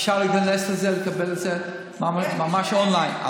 אפשר להיכנס לזה ולקבל את זה ממש אונליין.